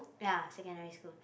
ya secondary school